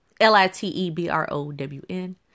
l-i-t-e-b-r-o-w-n